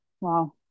Wow